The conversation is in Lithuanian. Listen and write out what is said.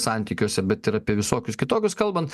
santykiuose bet ir apie visokius kitokius kalbant